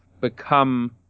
become